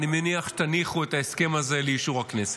שתניחו את ההסכם הזה לאישור הכנסת.